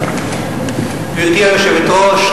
גברתי היושבת-ראש,